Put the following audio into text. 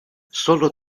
solo